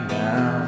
now